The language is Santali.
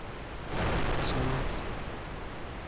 ᱥᱚᱢᱟᱡᱽ